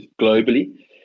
globally